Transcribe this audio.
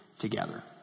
together